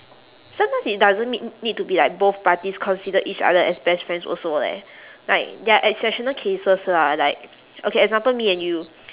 sometimes it doesn't need need to be like both parties consider each other as best friends also leh like there are exceptional cases lah like okay example me and you